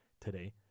today